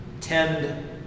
tend